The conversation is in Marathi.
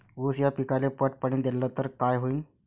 ऊस या पिकाले पट पाणी देल्ल तर काय होईन?